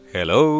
Hello